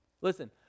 Listen